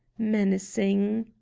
menacing.